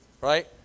right